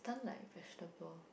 stunned like vegetable